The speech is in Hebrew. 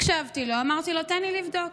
הקשבתי לו, אמרתי לו: תן לי לבדוק.